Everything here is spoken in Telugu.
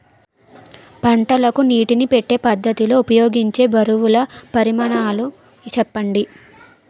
పంటలకు నీటినీ పెట్టే పద్ధతి లో ఉపయోగించే బరువుల పరిమాణాలు చెప్పండి?